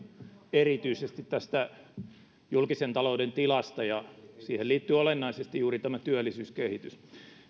erityisesti julkisen talouden tilasta ja siihen liittyy olennaisesti juuri työllisyyskehitys